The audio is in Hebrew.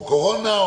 או קורונה,